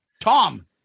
Tom